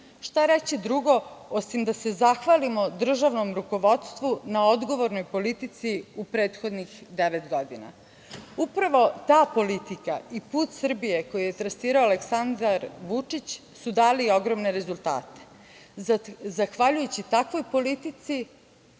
šta reći drugo, osim da se zahvalimo državnom rukovodstvu na odgovornoj politici u prethodnih devet godina. Uprava ta politika i put Srbije koji je trasirao Aleksandar Vučić su dali ogromne rezultate. Zahvaljujući takvoj politici,